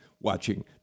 watching